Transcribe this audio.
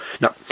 Now